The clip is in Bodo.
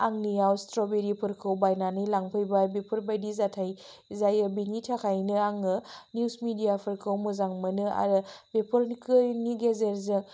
आंनियाव स्ट्रबेरिफोरखौ बायनानै लांफैबाय बेफोरबायदि जाथाय जायो बिनि थाखायनो आङो निउस मिडियाफोरखौ मोजां मोनो आरो बेफोरखैनि गेजेरजों